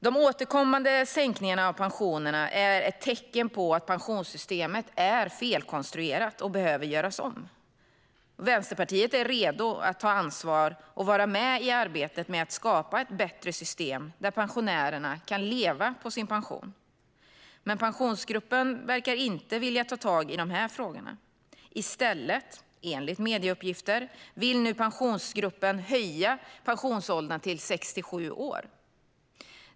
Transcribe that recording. De återkommande sänkningarna av pensionerna är ett tecken på att pensionssystemet är felkonstruerat och behöver göras om. Vänsterpartiet är redo att ta ansvar och vara med i arbetet med att skapa ett bättre system där pensionärerna kan leva på sin pension. Men Pensionsgruppen verkar inte vilja ta tag i de här frågorna. I stället vill nu Pensionsgruppen, enligt medieuppgifter, höja pensionsåldern till 67 år.